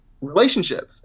relationships